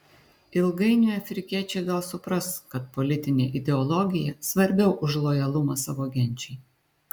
ilgainiui afrikiečiai gal supras kad politinė ideologija svarbiau už lojalumą savo genčiai